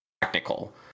technical